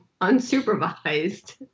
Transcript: unsupervised